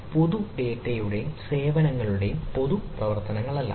ക്ലൌഡിലൂടെയുള്ള പൊതു ഡാറ്റയുടെയും സേവനങ്ങളുടെയും പൊതു പ്രവർത്തനങ്ങളല്ല